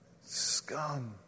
scum